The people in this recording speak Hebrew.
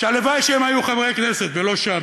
שהלוואי שהם היו חברי כנסת ולא שם,